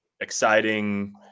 exciting